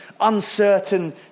uncertain